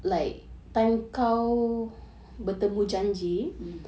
mmhmm